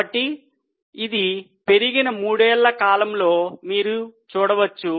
కాబట్టి ఇది పెరిగిన మూడేళ్ల కాలంలో మీరు చూడవచ్చు